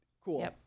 cool